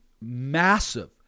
massive